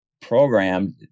programmed